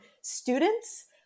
students